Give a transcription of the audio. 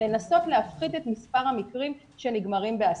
לנסות להפחית את מספר המקרים שנגמרים באסון.